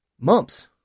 mumps